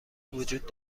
وجود